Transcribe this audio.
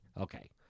okay